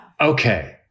Okay